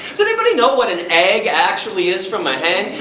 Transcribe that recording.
does anybody know what an egg actually is from a hen?